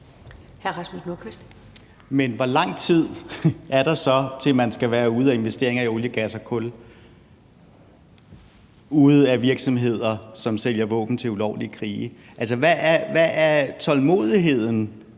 Men hvor lang tid er der så til, at man skal være ude af investeringer i olie, gas og kul og ude af virksomheder, som sælger våben til ulovlige krige? Altså, hvad er tålmodigheden